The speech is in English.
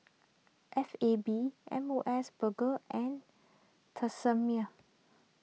F A B M O S Burger and Tresemme